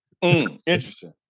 Interesting